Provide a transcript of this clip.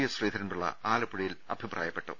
S Sreedharan Pillai ആലപ്പുഴയിൽ അഭിപ്രായപ്പെട്ടു